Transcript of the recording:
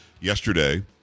yesterday